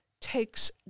takes